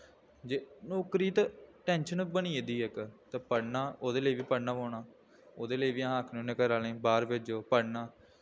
जे नौकरी ते टैंशन बनी गेदी इक ते पढ़ना ओह्दे लेई बी पढ़ना पौना ओह्दे लेई बी अस आखने होन्ने घरै आह्लें गी बाह्र भेजो पढ़ना